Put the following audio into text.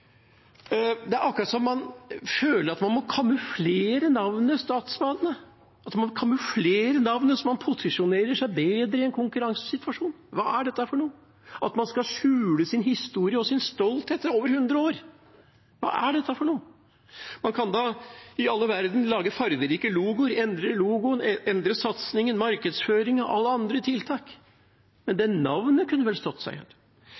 Det er akkurat som om man føler at man må kamuflere navnet «statsbane», at en må kamuflere navnet, slik at man posisjonerer seg bedre i en konkurransesituasjon. Hva er dette for noe? At man skal skjule sin historie og sin stolthet etter over hundre år – hva er dette for noe? Man kan da i all verden lage fargerike logoer, endre logoen, endre satsingen, markedsføringen – alle andre tiltak – men navnet kunne vel stått seg.